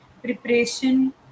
preparation